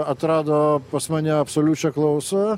atrado pas mane absoliučią klausą